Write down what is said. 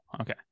Okay